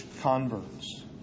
converts